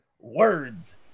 words